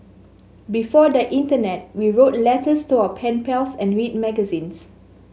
before the Internet we wrote letters to our pen pals and read magazines